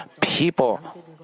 people